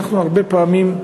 אנחנו הרבה פעמים,